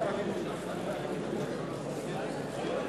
(התפלגות סיעה), התשס”ט 2009,